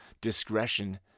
discretion